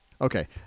Okay